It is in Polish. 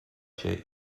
się